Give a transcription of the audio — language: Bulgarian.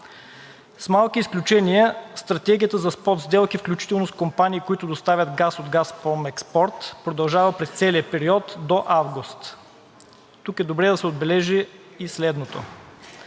С малки изключения стратегията за спот сделки, включително с компании, които доставят газ от „Газпром Експорт“, продължава през целия период – до август. Тук е добре да се отбележи и следното: